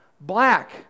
black